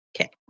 Okay